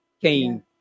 came